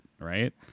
right